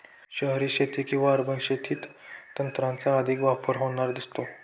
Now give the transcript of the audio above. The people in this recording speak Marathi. शहरी शेती किंवा अर्बन शेतीत तंत्राचा अधिक वापर होताना दिसतो